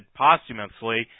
posthumously